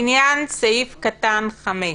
שאלה נוספת לעניין סעיף קטן (5).